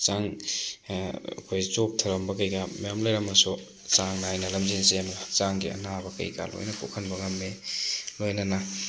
ꯍꯛꯆꯥꯡ ꯑꯩꯈꯣꯏ ꯆꯣꯛꯊꯔꯝꯕ ꯀꯩꯀꯥ ꯃꯌꯥꯝ ꯂꯩꯔꯝꯃꯁꯨ ꯆꯥꯡ ꯅꯥꯏꯅ ꯂꯝꯖꯦꯜ ꯆꯦꯟꯕ ꯍꯛꯆꯥꯡꯒꯤ ꯑꯅꯥꯕ ꯀꯩꯀꯥ ꯂꯣꯏꯅ ꯀꯣꯛꯍꯟꯕ ꯉꯝꯃꯤ ꯂꯣꯏꯅꯅ